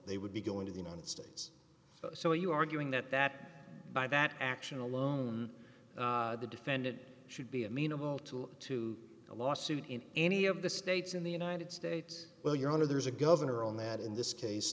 they would be going to the united states so are you arguing that that by that action alone the defendant should be amenable to to a lawsuit in any of the states in the united states well your honor there's a governor on that in this case